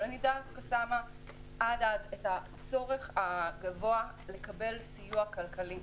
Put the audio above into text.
אבל אני שמה את הצורך הגבוה לקבל סיוע כלכלי,